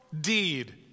deed